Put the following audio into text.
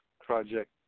project